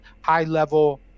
high-level